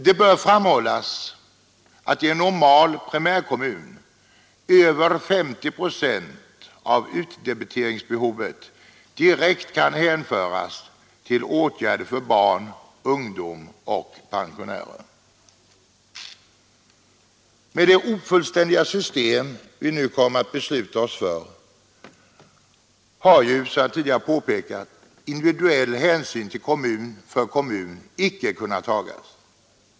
Det bör framhållas att i en normal primärkommun över 50 procent av utdebiteringsbehovet direkt kan hänföras till åtgärder för barn, ungdom och pensionärer. Med det ofullständiga system vi nu kommer att besluta oss för har, som jag tidigare påpekat, individuella hänsyn till kommun för kommun icke kunnat tas.